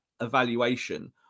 evaluation